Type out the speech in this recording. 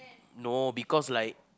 no because like